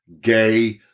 gay